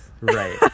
Right